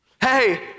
Hey